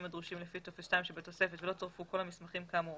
הדרושים לפי טופס 2 שבתוספת ולא צורפו כל המסמכים כאמור